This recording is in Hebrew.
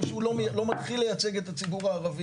שהוא לא מתחיל לייצג את הציבור הערבי.